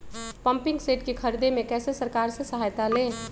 Pumping set के ख़रीदे मे कैसे सरकार से सहायता ले?